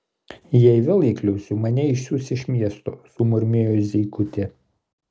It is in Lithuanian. jei vėl įkliūsiu mane išsiųs iš miesto sumurmėjo zykutė